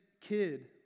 kid